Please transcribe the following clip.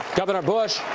governor bush.